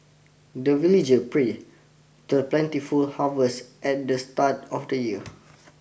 the villager pray the plentiful harvest at the start of the year